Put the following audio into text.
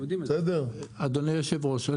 אדוני היושב-ראש,